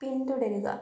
പിൻതുടരുക